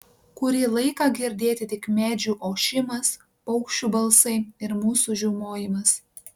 kurį laiką girdėti tik medžių ošimas paukščių balsai ir mūsų žiaumojimas